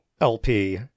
LP